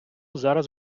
зараз